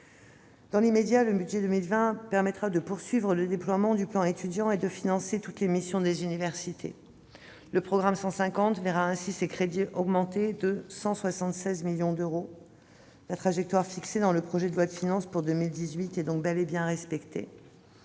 Dans l'immédiat, le budget pour 2020 permettra de poursuivre le déploiement du plan Étudiants et de financer toutes les missions des universités. Le programme 150 verra ainsi ses crédits augmenter de 176 millions d'euros. La trajectoire fixée dans le projet de loi de finances pour 2018 sera belle et bien respectée.